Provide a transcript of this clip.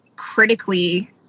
critically